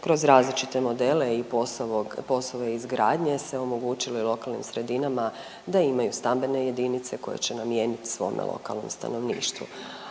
kroz različite modele i POS-ove izgradnje se omogućilo i lokalnim sredinama da imaju stambene jedinice koje će namijeniti svome lokalnom stanovništvu,